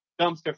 dumpster